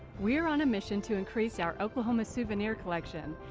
we're on a mission to increase our oklahoma souvenir collection.